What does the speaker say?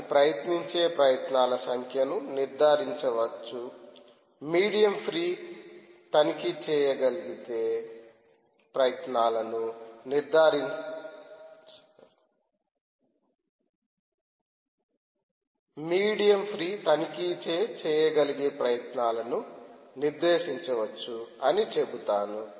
అది ప్రయత్నించే ప్రయత్నాల సంఖ్యను నిర్దేశించవచ్చు మీడియం ఫ్రీ తనిఖీ చే చేయగలిగే ప్రయత్నాలను నిర్దేశించవచ్చు అనిచెబుతాను